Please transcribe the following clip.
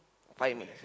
fight me